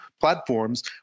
platforms